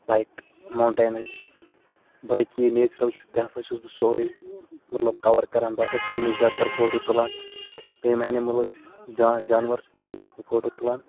like mountains چھِ بٲقٕے یہِ نیچرَل چھِ تہِ ہَسا چھُس بہٕ سورُے مطلب کَوَر کَران بہٕ ہَسا چھُس تٕمنٕے زیادٕ تَر فوٹوٗ تُلان بیٚیہِ یِم اینِمٕلٕز چھِ جا جانور چھِ تِمَن چھُس بہٕ فوٹوٗ تُلان